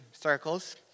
circles